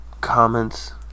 comments